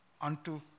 unto